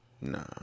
Nah